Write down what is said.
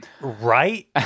right